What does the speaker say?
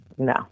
No